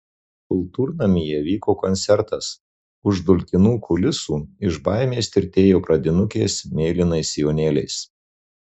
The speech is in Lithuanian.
kultūrnamyje vyko koncertas už dulkinų kulisų iš baimės tirtėjo pradinukės mėlynais sijonėliais